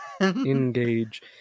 Engage